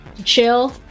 chill